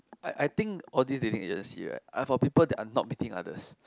I I think all these dating agency right are for people that are not meeting others